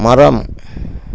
மரம்